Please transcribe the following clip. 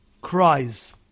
cries